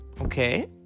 Okay